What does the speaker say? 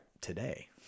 today